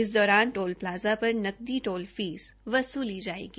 इस दौरान toll plaza पर नकदी टोल फीस वसूली जायेगी